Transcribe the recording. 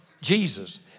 Jesus